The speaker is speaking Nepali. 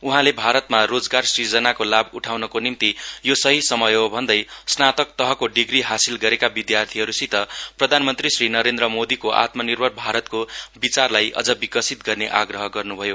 उहाँले भारतमा रोजगार सुजनाको लाभ उठाउनको निम्ति यो सही समय हो भन्दै स्नातकतहको डिग्री हासिल गरेका विद्यार्थीहरूसित प्रधानमन्त्री श्री नरेन्द्र मोदीको आत्मनिर्भर भारतको विचारलाई अझ विकसित गर्ने आग्रह गर्न्भयो